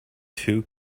two